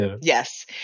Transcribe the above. Yes